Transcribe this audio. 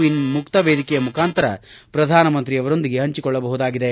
ಇನ್ ಮುಕ್ತ ವೇದಿಕೆಯ ಮುಖಾಂತರ ಪ್ರಧಾನ ಮಂತ್ರಿಯವರೊಂದಿಗೆ ಹಂಚಕೊಳ್ಳಬಹುದಾಗಿದೆ